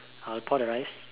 I'll pour the rice